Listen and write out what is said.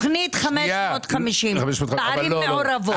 בתוכנית 550. ערים מעורבות.